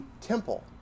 temple